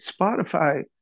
Spotify